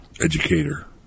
educator